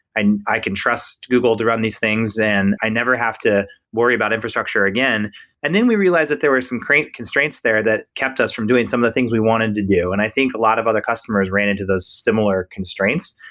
and i can trust google to run these things and i never have to worry about infrastructure again and then we realized that there were some crank constraints there that kept us from doing some of the things we wanted to do. and i think a lot of other customers ran into those similar constraints,